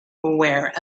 aware